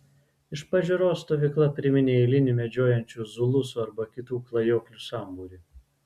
iš pažiūros stovykla priminė eilinį medžiojančių zulusų arba kitų klajoklių sambūrį